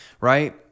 right